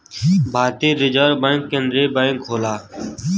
भारतीय reserve bank केन्द्रीय bank होला